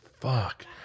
fuck